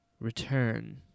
return